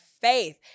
faith